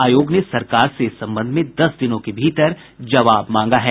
आयोग ने सरकार से इस संबंध में दस दिनों के भीतर जवाब मांगा है